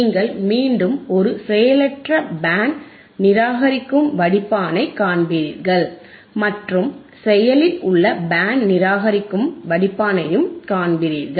நீங்கள் மீண்டும் ஒரு செயலற்ற பேண்ட் நிராகரிக்கும் வடிப்பானைக் காண்பீர்கள் மற்றும் செயலில் உள்ள பேண்ட் நிராகரிக்கும் வடிப்பானையும் காண்பீர்கள்